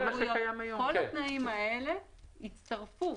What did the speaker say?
כל התנאים האלה יצטרפו